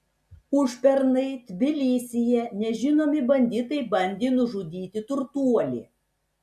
užpernai tbilisyje nežinomi banditai bandė nužudyti turtuolį